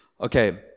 Okay